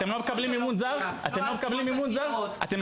לא עשרות עתירות,